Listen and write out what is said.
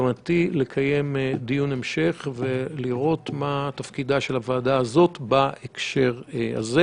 בכוונתי לקיים דיון המשך ולראות מה תפקידה של הוועדה הזאת בהקשר הזה,